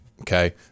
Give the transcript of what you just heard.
Okay